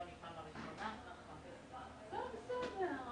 במצבים אחרים היינו צריכים לעשות תיקון חקיקה ראשית